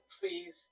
please